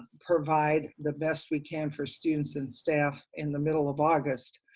provide the best we can for students and staff in the middle of august,